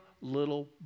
little